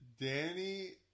Danny